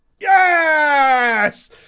yes